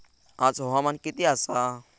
आज हवामान किती आसा?